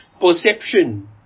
perception